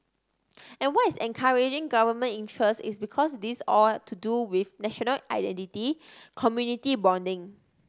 and what is encouraging Government interest is because this all to do with national identity community bonding